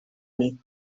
nit